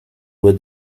were